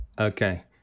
okay